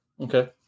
Okay